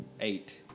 Eight